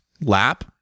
lap